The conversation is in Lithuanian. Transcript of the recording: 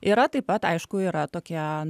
yra taip pat aišku yra tokie